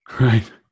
right